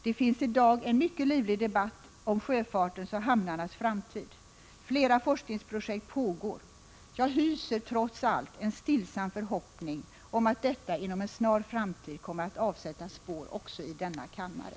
Det finns i dag en mycket livlig debatt om sjöfartens och hamnarnas framtid. Flera forskningsprojekt pågår. Jag hyser, trots allt, en stillsam förhoppning om att detta inom en snar framtid kommer att avsätta spår också i denna kammare.